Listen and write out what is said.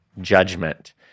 judgment